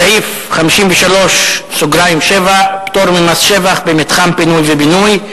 סעיף 53(7) (פטור ממס שבח במתחם פינוי ובינוי).